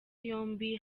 yombi